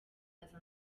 aza